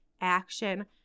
action